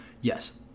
Yes